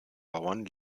bauern